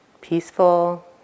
peaceful